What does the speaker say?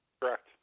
Correct